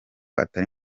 atari